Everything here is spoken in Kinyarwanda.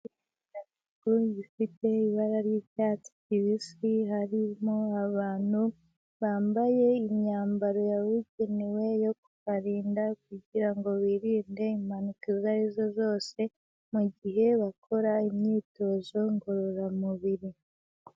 Ifoto ifite ibara ry'icyatsi kibisi harimo abantu bambaye imyambaro yabugenewe yo kubarinda kugirango birinde impanuka izo arizo zose mugihe bakora imyitozo ngororamubiri.